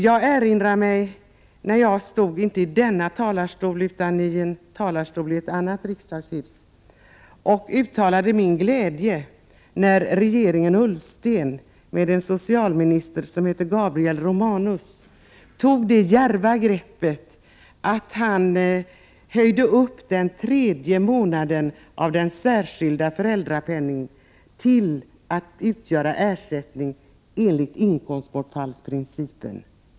Jag erinrar mig när jag, inte i denna talarstol, utan i en talarstol i ett annat riksdagshus, uttalade min glädje när regeringen Ullsten, med en socialminister som hette Gabriel Romanus, tog det djärva greppet att höja upp den tredje månaden av den särskilda föräldrapenningen till att utgöra ersättning enligt inkomstbortfallsprincipen.